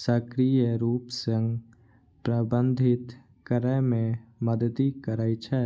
सक्रिय रूप सं प्रबंधित करै मे मदति करै छै